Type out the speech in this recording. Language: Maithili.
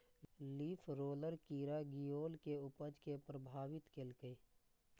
लीफ रोलर कीड़ा गिलोय के उपज कें प्रभावित केलकैए